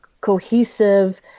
cohesive